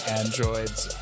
androids